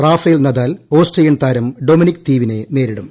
Rafale Nadal Austrian താരം Dominic തീവിനെ നേരിടും